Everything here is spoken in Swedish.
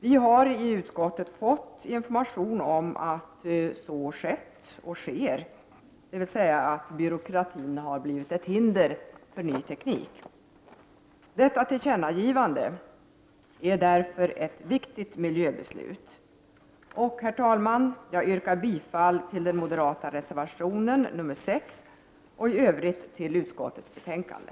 Vi har i utskottet fått information om att byråkratin har blivit ett hinder för ny teknik. Tillkännagivandet är därför ett viktigt miljöbeslut. Herr talman! Jag yrkar bifall till den moderata reservationen 6 och i övrigt till hemställan i utskottsbetänkandet.